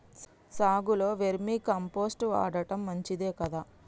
సాగులో vermicompost వాడటం మంచిదే కదా?